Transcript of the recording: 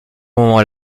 moment